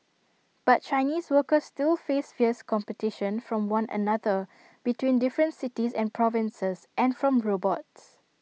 but Chinese workers still face fierce competition from one another between different cities and provinces and from robots